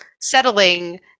settling